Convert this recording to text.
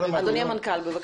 אדוני המנכ"ל, בבקשה.